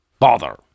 Bother